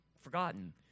forgotten